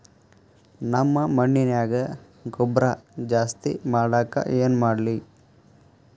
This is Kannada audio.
ನಮ್ಮ ಮಣ್ಣಿನ್ಯಾಗ ಗೊಬ್ರಾ ಜಾಸ್ತಿ ಮಾಡಾಕ ಏನ್ ಮಾಡ್ಲಿ?